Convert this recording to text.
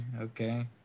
okay